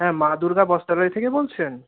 হ্যাঁ মা দুর্গা বস্ত্রালয় থেকে বলছেন